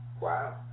Wow